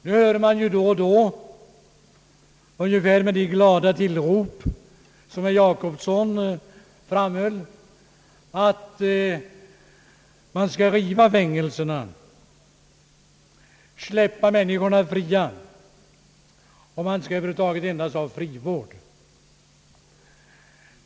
Nu hör man då och då, under glada utrop som herr Jacobsson framhöll, att man skall riva fängelserna, släppa människorna fria. Man skall över huvud taget endast ha frivård.